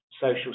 social